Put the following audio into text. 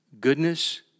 goodness